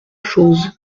chose